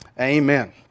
amen